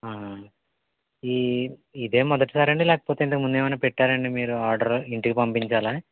ఈ ఇదే మొదటిసారా అండి లేకపోతే ఇంతకుముందు ఏమైనా పెట్టారండి మీరు ఆర్డరు ఇంటికి పంపించాలా